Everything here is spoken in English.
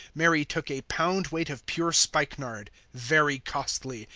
mary took a pound weight of pure spikenard, very costly,